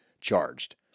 charged